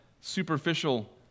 superficial